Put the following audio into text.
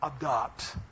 adopt